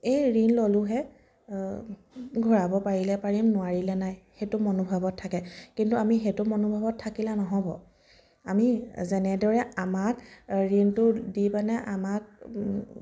এ ঋণ ল'লোহে ঘূৰাব পাৰিলে পাৰিম নোৱাৰিলে নাই সেটো মনোভাৱত থাকে কিন্তু আমি সেটো মনোভাৱত থাকিলে নহ'ব আমি যেনেদৰে আমাক ঋণটো দিপেনে আমাক